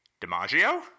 DiMaggio